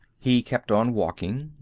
he kept on walking,